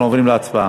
אנחנו עוברים להצבעה.